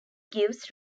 gives